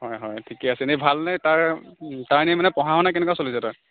হয় হয় ঠিকে আছে এনে ভালনে তাৰ তাৰ এনে মানে পঢ়া শুনা কেনেকুৱা চলিছে তাৰ